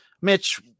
Mitch